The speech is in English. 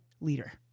leader